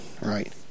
right